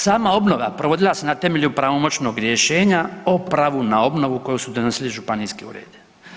Sama obnova provodila se na temelju pravomoćnog rješenja o pravu na obnovu koju su donosili županijski uredi.